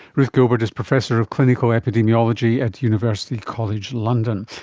ruth gilbert is professor of clinical epidemiology at university college london.